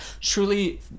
Truly